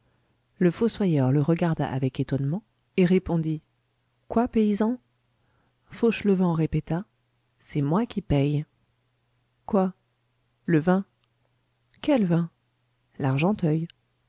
le fossoyeur le regarda avec étonnement et répondit quoi paysan fauchelevent répéta c'est moi qui paye quoi le vin quel vin l'argenteuil